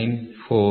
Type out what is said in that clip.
H - Allowance 40